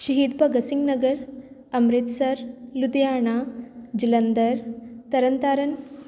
Shaheed Bhagat Singh Nagar Amritsar Ludhiana Jalandhar Tarn Taran